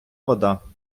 вода